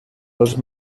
els